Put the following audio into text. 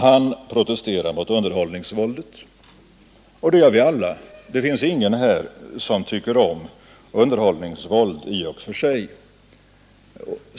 Han protesterar mot underhållningsvåldet och det gör vi alla. Det finns ingen här som tycker om underhållningsvåld i och för sig.